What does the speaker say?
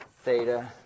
theta